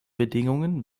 bedingungen